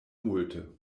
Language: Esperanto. multe